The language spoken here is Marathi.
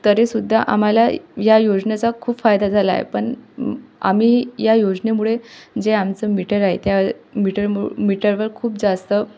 तरीसुद्धा आम्हाला या योजनेचा खूप फायदा झाला आहे पण आम्ही या योजनेमुळे जे आमचं मीटर आहे त्या मीटरमुळे मीटरवर खूप जास्त